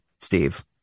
Steve